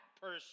person